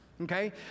Okay